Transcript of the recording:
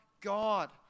God